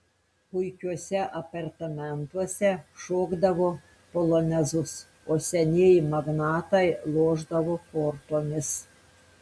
puikiuose apartamentuose šokdavo polonezus o senieji magnatai lošdavo kortomis